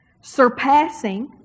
surpassing